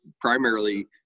primarily